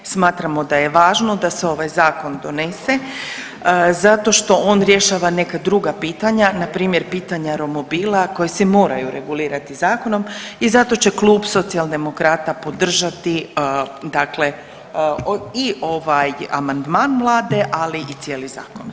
Smatramo da je važno da se ovaj zakon donese zato što on rješava neka druga pitanja, npr. pitanja romobila koji se moraju regulirati zakonom i zato će klub Socijaldemokrata podržati i ovaj amandman vlade, ali i cijeli zakon.